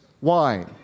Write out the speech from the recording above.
wine